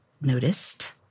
noticed